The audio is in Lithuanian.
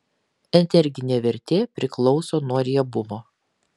energinė vertė priklauso nuo riebumo